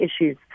issues